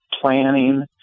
planning